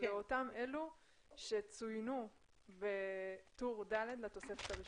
לאותם אלו שצוינו בטור ד' לתוספת הראשונה.